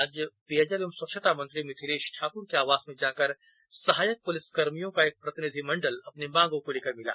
आज पेयजल एवं स्वच्छता मंत्री मिथिलेश ठाकर के आवास में जॉकर सहायक पुलिस कर्मियों का एक प्रतिनिधिमंडल अपनी मांगों को लेकर मिला